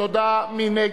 תודה.